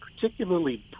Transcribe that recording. particularly